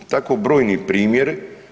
Tako brojni primjeri.